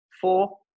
four